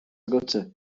agatsa